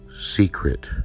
secret